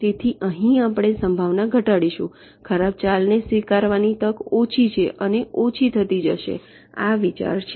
તેથી અહીં આપણે સંભાવના ઘટાડીશું ખરાબ ચાલને સ્વીકારવાની તક ઓછી અને ઓછી થતી જશે આ વિચાર છે